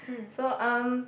so um